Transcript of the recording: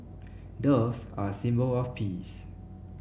doves are a symbol of peace